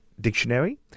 dictionary